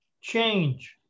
Change